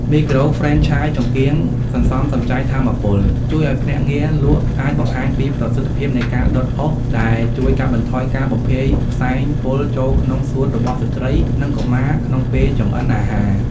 មីក្រូហ្វ្រេនឆាយចង្រ្កានសន្សំសំចៃថាមពល ជួយឱ្យភ្នាក់ងារលក់អាចបង្ហាញពីប្រសិទ្ធភាពនៃការដុតអុស ដែលជួយកាត់បន្ថយការបំភាយផ្សែងពុលចូលក្នុងសួតរបស់ស្ត្រី និងកុមារក្នុងពេលចម្អិនអាហារ។